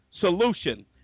solution